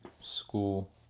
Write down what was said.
school